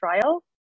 trial